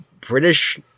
British